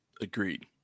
Agreed